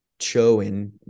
showing